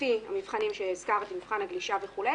לפי המבחנים שהזכרתי, מבחן הגלישה וכו'.